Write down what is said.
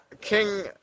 King